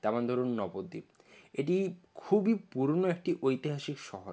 তেমন ধরুন নবদ্বীপ এটি খুবই পুরনো একটি ঐতিহাসিক শহর